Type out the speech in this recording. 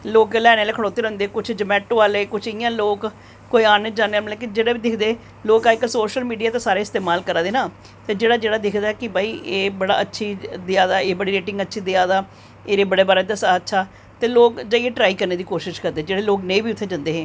लोकें लैने आह्ले खड़ोते दे रौहंदे कुछ जोमैटो आह्ले कुछ इंया लोक कुछ इंया आने जाने आह्ले कन्नै की मतलब जेह्ड़े बी दिक्खदे लोग अज्जकल सोशल मीडिया दा सारे इस्तेमाल करा दे ना ते जेह्ड़ा जेह्ड़ा दिक्खदा ऐ कि भई एह् अच्छी देआ एह् बड़ी अच्छी रेटिंग देआ दा एह्दे ई बड़े बार दस्सा दा अच्छा ते लोक जाइयै ट्राई करने दी कोशिश करदे ते लोग नेईं बी उत्थें जंदे हे